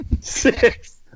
six